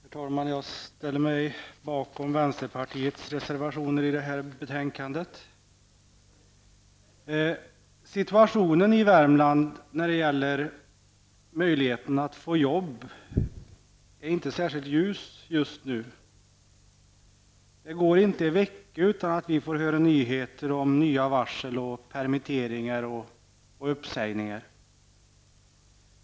Herr talman! Jag ställer mig bakom vänsterpartiets reservationer i det här betänkandet. Situationen i Värmland när det gäller möjligheten att få jobb är inte särskilt ljus just nu. Det går inte en vecka utan att vi får höra nyheter om varsel, permitteringar och uppsägningar.